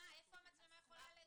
איפה המצלמה יכולה,